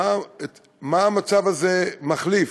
מה המצב הזה מחליף.